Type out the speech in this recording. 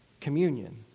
Communion